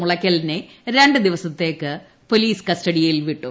മുളയ്ക്കലിനെ രണ്ട് ദിവസത്തെ പോലീസ് കസ്റ്റഡിയിൽ വിട്ടു